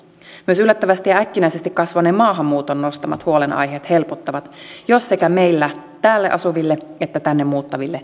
myös yllättävästi ja äkkinäisesti kasvaneen maahanmuuton nostamat huolenaiheet helpottavat jos sekä meille täällä asuville että tänne muuttaville riittää työtä